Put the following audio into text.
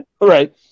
Right